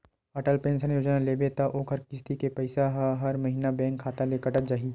Atal pension योजना लेबे त ओखर किस्ती के पइसा ह हर महिना बेंक खाता ले कटत जाही